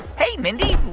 hey, mindy.